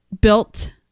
built